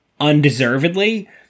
Undeservedly